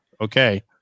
Okay